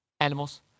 Animals